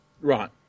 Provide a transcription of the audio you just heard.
Right